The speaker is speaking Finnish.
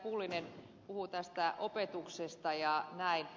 pulliainen puhui tästä opetuksesta ja näin